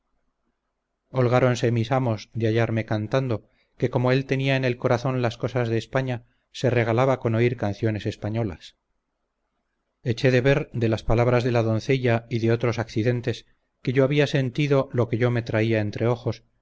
holgáronse mis amos de hallarme cantando que como él tenía en el corazón las cosas de españa se regalaba con oír canciones españolas eché de ver de las palabras de la doncella y de otros accidentes que yo había sentido lo que yo me traía entre ojos